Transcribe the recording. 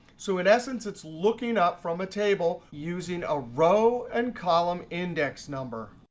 so in essence, it's looking up from a table using a row and column index number.